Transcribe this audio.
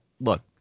look